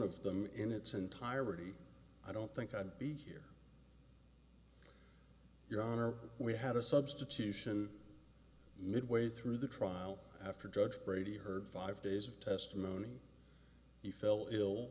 of them in its entirety i don't think i'd be here your honor we had a substitution midway through the trial after judge brady heard five days of testimony he fell ill